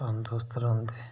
तंदरुस्त रौंह्दे